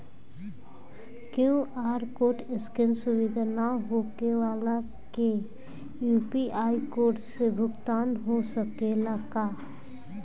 QR code scan सुविधा ना होखे वाला के यू.पी.आई कोड से भुगतान हो सकेला का?